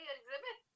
exhibit